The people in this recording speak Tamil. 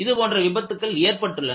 இது போன்ற விபத்துக்கள் ஏற்பட்டுள்ளன